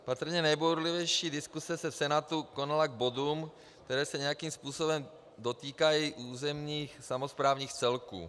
Patrně nejbouřlivější diskuse se v Senátu konala k bodům, které se nějakým způsobem dotýkají územních samosprávných celků.